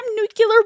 nuclear